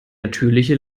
natürliche